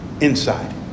inside